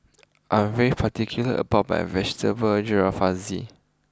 I am very particular about my Vegetable Jalfrezi